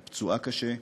היא פצועה קשה,